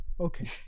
okay